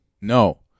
No